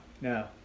no